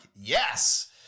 yes